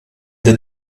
the